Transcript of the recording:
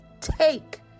take